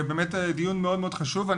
באמת דיון מאוד מאוד חשוב.